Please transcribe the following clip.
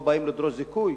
לא באים לדרוש זיכוי